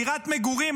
דירת מגורים.